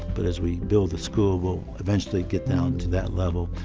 but as we build the school, we'll eventually get down to that level.